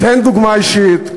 תן דוגמה אישית,